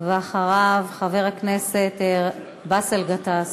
ואחריו, חבר הכנסת באסל גטאס.